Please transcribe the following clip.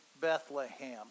Bethlehem